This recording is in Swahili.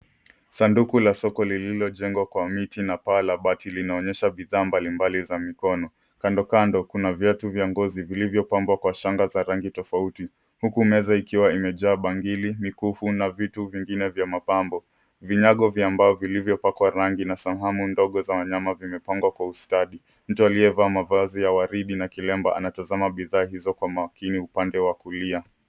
Sanduku la soko lililojengwa kwa miti na paa la bati linaonyesha bidhaa mbalimbali za mikono. Kando kando kuna viatu vya ngozi vilivyopambwa kwa shanga za rangi tofauti huku meza ikiwa imejaa bangili, mikufu na vitu vingine vya mapambo. Vinyago vya mbao vilivyopakwa rangi na sanamu ndogo za wanyama vimepangwa kwa ustadi. Mtu aliyevaa mavazi ya waridi na kilemba anatazama bidhaa hizo kwa makini upande wa kulia.